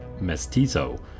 Mestizo